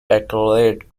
baccalaureate